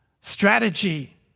strategy